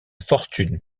fortune